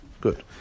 good